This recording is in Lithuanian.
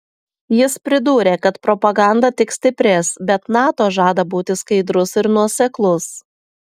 jis pridūrė kad propaganda tik stiprės bet nato žada būti skaidrus ir nuoseklus